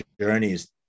journeys